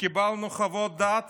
קיבלנו חוות דעת